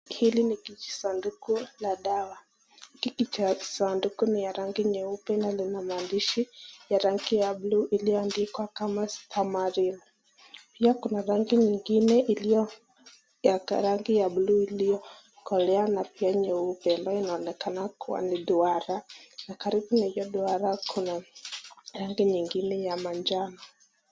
Hili ni kijisanduku la dawa, hiki sanduku ni ya rangi nyeupe, na lina maandishi ya rangi ya buluu iliyoandikwa kama super mario , pia kuna rangi nyingine, rangi ya buluu iliyo kolea na pia nyeupe ambayo inaonekana kuwa ni duara, na karibu na hiyo duara kuna rangi ngingine ya manjano.